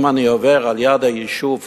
אם אני עובר ליד היישוב חריש,